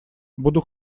буду